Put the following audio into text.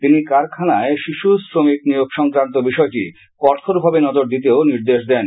তিনি কারখানায় শিশু শ্রমিক নিয়োগ সংক্রান্ত বিষয়টি কঠোরভাবে নজর দিতেও নির্দেশ দেন